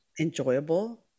enjoyable